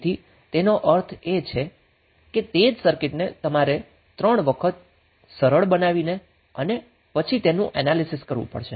તેથી તેનો અર્થ એ છે કે તે જ સર્કિટને તમારે 3 વખત સરળ બનાવીને અને પછી તેનુ એનાલીસીસ કરવું પડશે